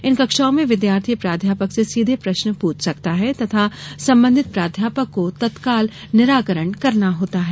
इन कक्षाओं में विद्यार्थी प्राध्यापक से सीधे प्रश्न पूछ सकता है तथ सम्बन्धित प्राध्यापक को तत्काल निराकरण करना होता है